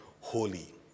holy